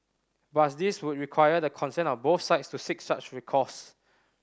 but this would require the consent of both sides to seek such recourse